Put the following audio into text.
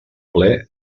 ple